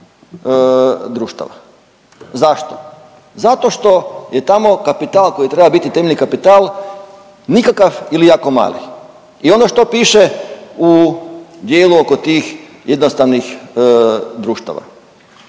Zato što je tamo kapital koji treba biti temeljni kapital nikakav ili jako mali i ono što piše u dijelu oko tih jednostavnih društava.